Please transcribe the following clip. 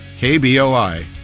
KBOI